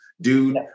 dude